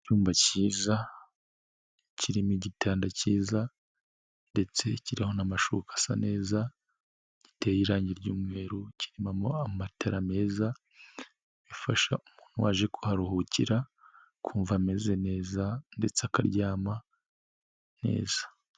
Icyumba cyiza, kirimo igitanda cyiza ndetse kiriho n'amashuka asa neza, giteye irangi ry'mweru, kirimomo amatara meza bifasha umuntu waje kuharuhukira kumva ameze neza ndetse akaryama neza.